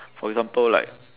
for example like